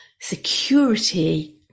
security